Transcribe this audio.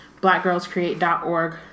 blackgirlscreate.org